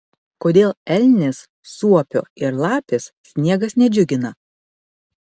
kodėl elnės suopio ir lapės sniegas nedžiugina